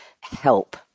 help